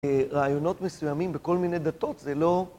רעיונות מסוימים בכל מיני דתות זה לא...